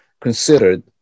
considered